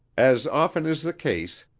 as often is the case,